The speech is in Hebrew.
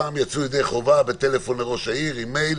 פעם יצאו ידי חובה בטלפון לראש העיר עם מייל.